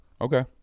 Okay